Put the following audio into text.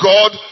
God